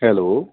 hello